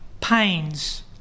pains